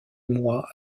mois